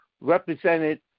represented